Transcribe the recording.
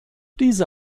diese